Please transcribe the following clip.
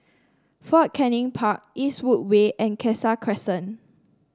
Fort Canning Park Eastwood Way and Cassia Crescent